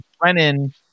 Brennan